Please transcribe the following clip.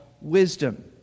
wisdom